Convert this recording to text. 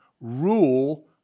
rule